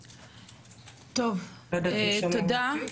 טוב, תודה.